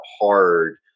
hard